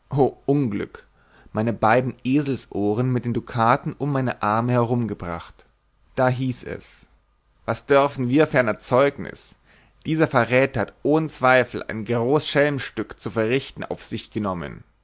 unglück meine beide eselsohren mit den dukaten um meine arme herumgemacht da hieß es was dörfen wir ferner zeugnus dieser verräter hat ohn zweifel ein groß schelmstück zu verrichten auf sich genommen